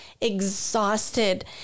exhausted